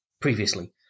previously